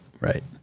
Right